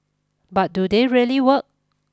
but do they really work